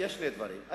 יש שני דברים: